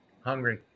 Hungry